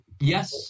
Yes